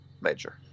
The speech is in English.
major